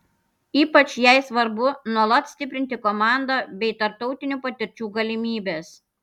ypač jai svarbu nuolat stiprinti komandą bei tarptautinių patirčių galimybes